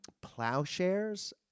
plowshares